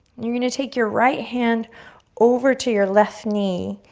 and you're gonna take your right hand over to your left knee,